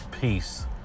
peace